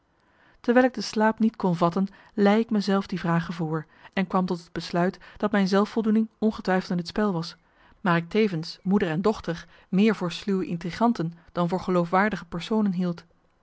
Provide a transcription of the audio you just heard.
terwijl ik de slaap niet kon vatten lei ik me zelf die vragen voor en kwam tot het besluit dat mijn zelfvoldoening ongetwijfeld in het spel was maar ik tevens moeder en dochter meer voor sluwe intriganten dan voor geloofwaardige personen hield